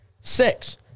Six